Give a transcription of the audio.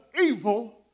evil